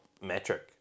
metric